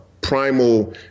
primal